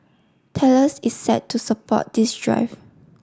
Thales is set to support this drive